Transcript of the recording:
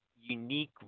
unique